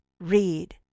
read